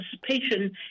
participation